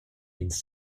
ins